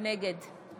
נגד לימור מגן תלם,